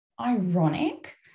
ironic